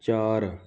ਚਾਰ